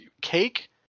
Cake